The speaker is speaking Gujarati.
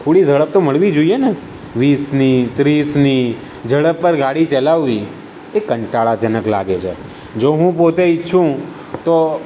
થોડી ઝડપ તો મળવી જોઈએ ને વીસની ત્રીસની ઝડપ પર ગાડી ચલાવવી એ કંટાળાજનક લાગે છે જો હું પોતે ઇચ્છું તો